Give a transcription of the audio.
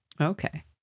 Okay